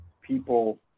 people